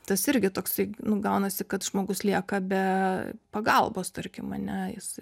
tas irgi toksai nu gaunasi kad žmogus lieka be pagalbos tarkim ane jis